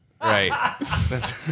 right